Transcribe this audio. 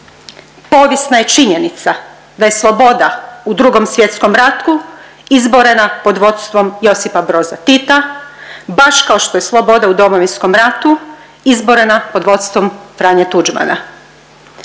Povijesna je činjenica da je sloboda u Drugom svjetskom ratu izborena pod vodstvom Josipa Broza Tita, baš kao što je sloboda u Domovinskom ratu izborena pod vodstvom Franje Tuđmana.